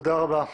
תודה רבה.